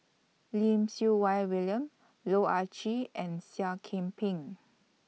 Lim Siew Wai William Loh Ah Chee and Seah Kian Peng